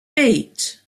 eight